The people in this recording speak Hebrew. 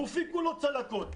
גופי כולו צלקות.